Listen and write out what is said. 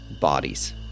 bodies